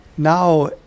Now